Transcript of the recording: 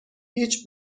هیچ